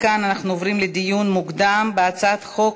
כאן אנחנו עוברים לדיון מוקדם בהצעת חוק